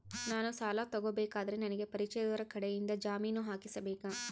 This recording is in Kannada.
ನಾನು ಸಾಲ ತಗೋಬೇಕಾದರೆ ನನಗ ಪರಿಚಯದವರ ಕಡೆಯಿಂದ ಜಾಮೇನು ಹಾಕಿಸಬೇಕಾ?